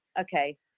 okay